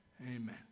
Amen